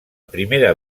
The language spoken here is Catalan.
primera